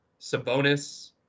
Sabonis